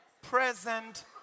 present